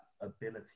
ability